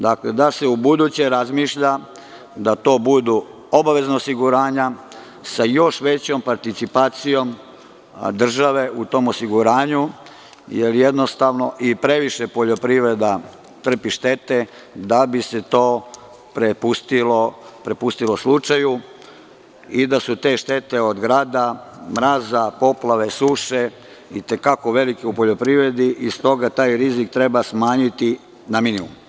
Dakle, da se ubuduće razmišlja da to budu obavezna osiguranja, sa još većom participacijom države u tom osiguranju, jer jednostavno, previše poljoprivreda trpi štete, da se to prepustilo slučaju i da su te štete od grada, mraza, poplave, suše i te kako velike u poljoprivredi i stoga taj rizik treba smanjiti na minimum.